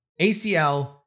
ACL